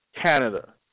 Canada